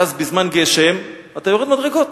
ואז בזמן גשם, אתה יורד במדרגות,